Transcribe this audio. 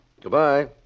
Goodbye